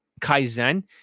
Kaizen